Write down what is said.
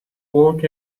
work